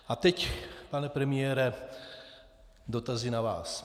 A teď, pane premiére, dotazy na vás.